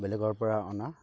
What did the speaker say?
বেলেগৰ পৰা অনা